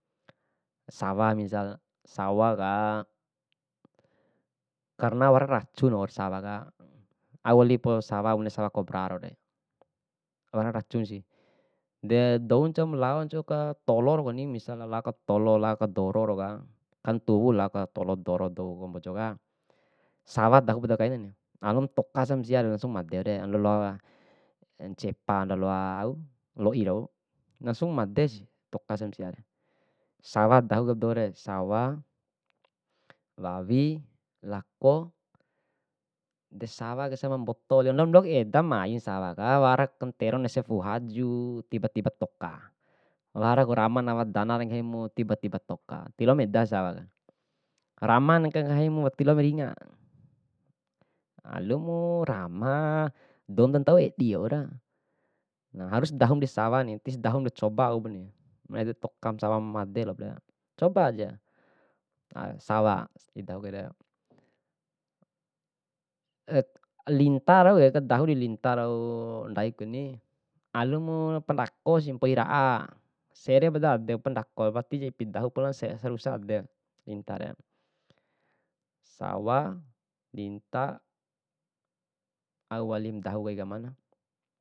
Sawa misal, sawa ka karena wara racuna wau sawa ka, auwali pa sawa bune sawa kobra raure, wara racun si, de dou ncau malau ncau ka tolo pani, misal lau ka tolo, lau akan doro. kan ntuwu lao ka tolo doro doum mbojo ka. Sawa dahu poda kaina, alum mpoka sam siare langsung made re, andoloa ncepa andoloa au loi rau, langsung madesi mpoka sam siara. Sawa dahu kaeba doure, sawa, wawi, lako, de sawa kani ese ma mboto, idoma loaku eda main sawaka, wara kanterona aka wu u haju tiba tiba toka. wara ku ramana awa dana nggahimu tiba tiba toka, tiloam eda lalopa sawa ka. Ramanka ngahimu watiloa mu ringa, alumu rama dou dantau edi waura, harus dahumu disawa ni tisdahumu coba wauri ne e da tokam sawa ma made pre, coba aja. Sawa didahukaire, linta raue kadahu dilinta rau ndaikuni, alumu padako si mpoi ra'a serep dahu adem, pandako wati ja ipi dahu pala sarusa adem, lintare. Sawa, linta, auwali madahu kai kamana.